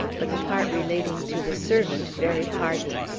but the part relating to the servant very hearty.